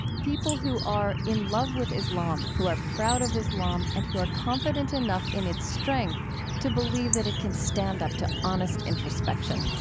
people who are in love with islam, who are proud of islam, and who are confident enough in its strength to believe that it can stand up to honest introspection.